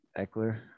Eckler